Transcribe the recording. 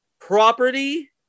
Property